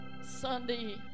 Sunday